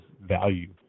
value